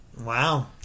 Wow